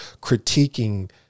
critiquing